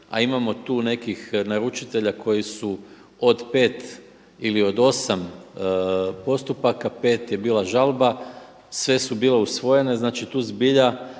a imamo tu nekih naručitelja koji su od 5 ili od 8 postupaka, 5 je bila žalba, sve su bile usvojene. Znači, tu zbilja